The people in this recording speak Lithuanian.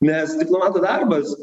nes diplomato darbas